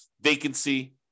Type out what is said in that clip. vacancy